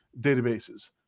databases